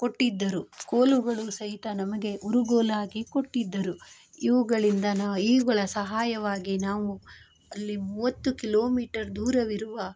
ಕೊಟ್ಟಿದ್ದರು ಕೋಲುಗಳು ಸಹಿತ ನಮಗೆ ಊರುಗೋಲಾಗಿ ಕೊಟ್ಟಿದ್ದರು ಇವುಗಳಿಂದ ನಾ ಇವುಗಳ ಸಹಾಯವಾಗಿ ನಾವು ಅಲ್ಲಿ ಮೂವತ್ತು ಕಿಲೋಮೀಟರ್ ದೂರವಿರುವ